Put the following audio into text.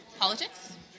politics